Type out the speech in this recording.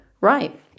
right